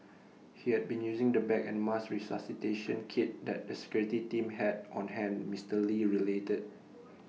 he had been using the bag and mask resuscitation kit that the security team had on hand Mister lee related